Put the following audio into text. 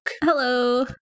Hello